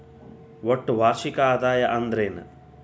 ಒಟ್ಟ ವಾರ್ಷಿಕ ಆದಾಯ ಅಂದ್ರೆನ?